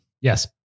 yes